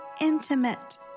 intimate